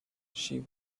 she